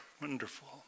wonderful